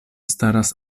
staras